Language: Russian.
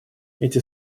эти